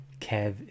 Kev